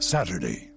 Saturday